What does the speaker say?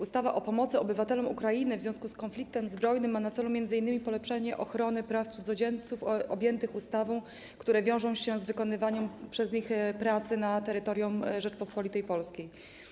Ustawa o pomocy obywatelom Ukrainy w związku z konfliktem zbrojnym ma na celu m.in. polepszenie ochrony praw cudzoziemców objętych ustawą, które wiążą się z wykonywaniem przez nich pracy na terytorium Rzeczypospolitej Polskiej.